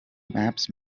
maps